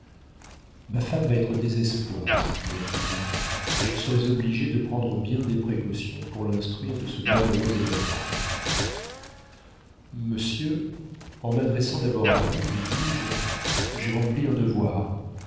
ma femme va être au désespoir s'écria-t-il et je serai obligé de prendre bien des précautions pour l'instruire de ce malheureux événement monsieur en m'adressant d'abord à vous lui dis-je j'ai rempli un devoir